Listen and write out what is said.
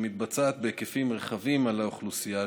שמתבצעות בהיקפים רחבים על האוכלוסייה,